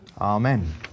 Amen